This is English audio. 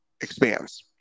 expands